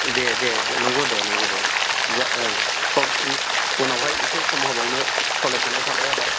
दे दे दे नंगौ दे नंगौ दे ओं सम उनावहाय एसे सम होबावनो खावलायखानाय थाबाय आदा